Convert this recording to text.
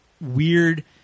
weird